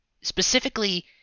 specifically